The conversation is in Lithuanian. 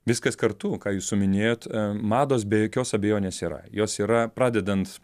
viskas kartu ką jūs suminėjot mados be jokios abejonės yra jos yra pradedant